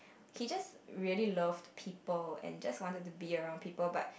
he just really loved people and just wanted to be around people but